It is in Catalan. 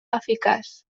eficaç